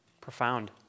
Profound